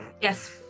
Yes